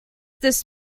this